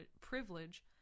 privilege